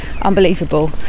unbelievable